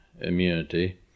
immunity